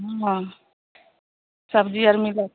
हँ सब्जी आर मिलत